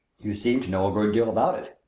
you seem to know a good deal about it,